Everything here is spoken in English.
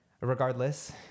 Regardless